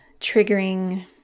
triggering